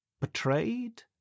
Betrayed